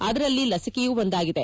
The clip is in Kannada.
ಅದರಲ್ಲಿ ಲಿಸಿಕೆಯೂ ಒಂದಾಗಿದೆ